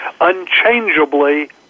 unchangeably